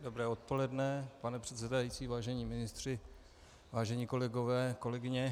Dobré odpoledne, pane předsedající, vážení ministři, vážení kolegové, kolegyně.